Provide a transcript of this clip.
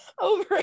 over